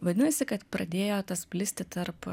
vadinasi kad pradėjo tas plisti tarp